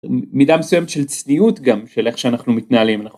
מידה מסוימת של צניעות גם של איך שאנחנו מתנהלים.